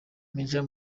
major